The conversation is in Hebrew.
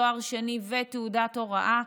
תואר שני ותעודת הוראה.